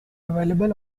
available